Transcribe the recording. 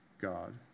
God